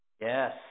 Yes